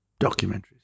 documentaries